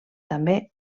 també